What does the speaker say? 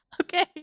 Okay